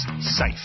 safe